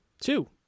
Two